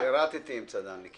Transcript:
שירתי עם צד"לניקים.